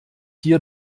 hier